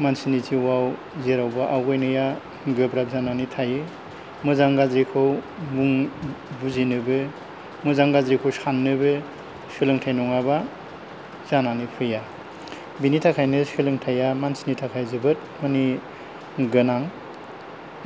मानसिनि जिउआव जेरावबो आवगायनाया गोब्राब जानानै थायो मोजां गाज्रिखौ बुजिनोबो मोजां गाज्रिखौ साननोबो सोलोंथाइ नङाबा जानानै फैया बेनि थाखायनो सोलोंथाइया मानसिनि थाखाय जोबोद माने गोनां